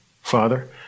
Father